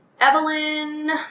Evelyn